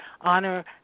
honor